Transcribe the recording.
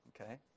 Okay